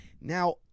Now